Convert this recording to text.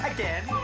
Again